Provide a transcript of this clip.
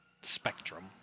spectrum